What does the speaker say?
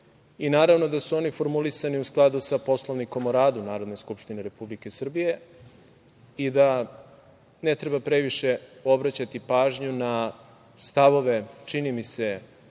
i naravno da su oni formulisani u skladu sa Poslovnikom o radu Narodne skupštine Republike Srbije i da ne treba previše obraćati pažnju na stavove, čini mi se,